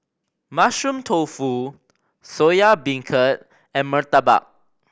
Mushroom Tofu Soya Beancurd and murtabak